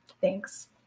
thanks